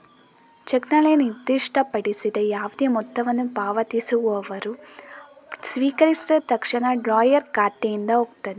ಚೆಕ್ನಲ್ಲಿ ನಿರ್ದಿಷ್ಟಪಡಿಸಿದ ಯಾವುದೇ ಮೊತ್ತವನ್ನು ಪಾವತಿಸುವವರು ಸ್ವೀಕರಿಸಿದ ತಕ್ಷಣ ಡ್ರಾಯರ್ ಖಾತೆಯಿಂದ ಹೋಗ್ತದೆ